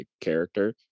character